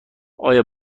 آیا